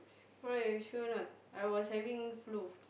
eh sure or not I was having flu